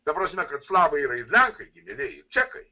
ta prasme kad slavai yra ir lenkai gi mielieji čekai